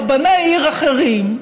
רבני עיר אחרים,